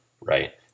right